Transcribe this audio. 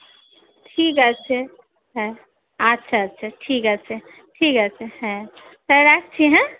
ঠিক আছে হ্যাঁ আচ্ছা আচ্ছা ঠিক আছে ঠিক আছে হ্যাঁ তা রাখছি হ্যাঁ